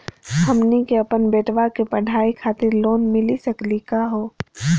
हमनी के अपन बेटवा के पढाई खातीर लोन मिली सकली का हो?